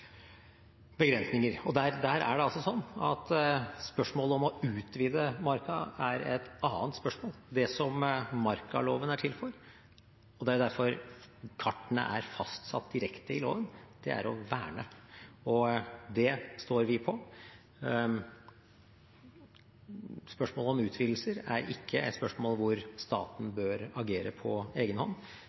begrensninger. Og da er det sånn at spørsmålet om å utvide marka er et annet spørsmål. Det som markaloven er til for – og det er derfor kartene er fastsatt direkte i loven – er å verne. Det står vi på. Spørsmålet om utvidelser er ikke et spørsmål hvor staten bør agere på egenhånd.